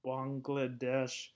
Bangladesh